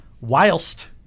whilst